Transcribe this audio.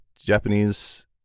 Japanese